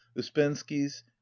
Uspensky's